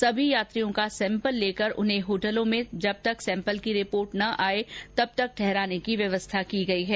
सभी यात्रियों का सैंपल लेकर उन्हें होटलों में जब तक सैंपल की रिपोर्ट नहीं आ जाए तब तक ठहराने की व्यवस्था की गई है